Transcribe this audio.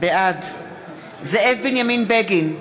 בעד זאב בנימין בגין,